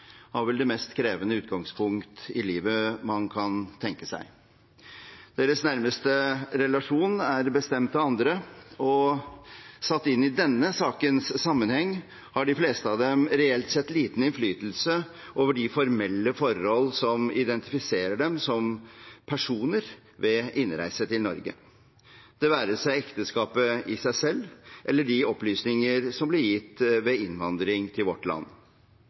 vel det mest krevende utgangspunkt man kan tenke seg i livet. Deres nærmeste relasjon er bestemt av andre. Satt inn i denne sakens sammenheng har de fleste av dem reelt sett liten innflytelse over de formelle forhold som identifiserer dem som personer ved innreise til Norge, det være seg ekteskapet i seg selv eller de opplysninger som blir gitt ved innvandring til vårt land.